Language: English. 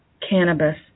cannabis